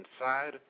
inside